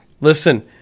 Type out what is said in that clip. listen